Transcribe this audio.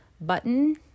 button